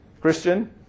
Christian